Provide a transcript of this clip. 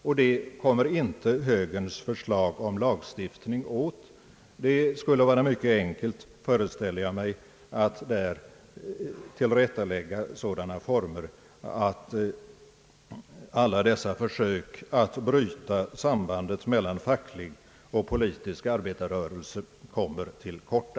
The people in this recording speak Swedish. Och det kommer inte högerns förslag om lagstiftning åt. Det skulle vara mycket enkelt, föreställer jag mig, att lägga till rätta sådana former, att sådana försök att bryta sambandet mellan facklig och politisk arbetarrörelse kommer = till korta.